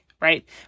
right